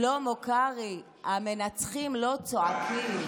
שלמה קרעי, המנצחים לא צועקים.